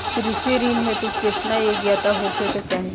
कृषि ऋण हेतू केतना योग्यता होखे के चाहीं?